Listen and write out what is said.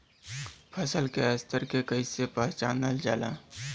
फसल के स्तर के कइसी पहचानल जाला